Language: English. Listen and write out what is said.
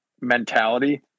mentality